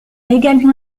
également